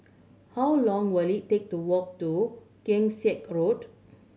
how long will it take to walk to Keong Saik Road